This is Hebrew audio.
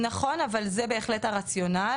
נכון ,אבל זה בהחלט הרציונל.